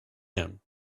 him